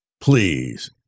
Please